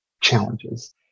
challenges